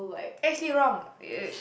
actually wrong uh